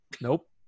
nope